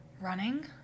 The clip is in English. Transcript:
running